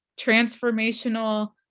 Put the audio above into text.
transformational